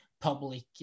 public